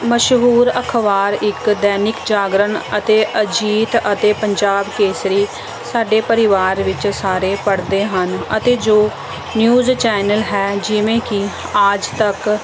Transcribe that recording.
ਮਸ਼ਹੂਰ ਅਖ਼ਬਾਰ ਇੱਕ ਦੈਨਿਕ ਜਾਗਰਣ ਅਤੇ ਅਜੀਤ ਅਤੇ ਪੰਜਾਬ ਕੇਸਰੀ ਸਾਡੇ ਪਰਿਵਾਰ ਵਿੱਚ ਸਾਰੇ ਪੜ੍ਹਦੇ ਹਨ ਅਤੇ ਜੋ ਨਿਊਜ਼ ਚੈਨਲ ਹੈ ਜਿਵੇਂ ਕਿ ਆਜ ਤੱਕ